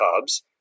Cubs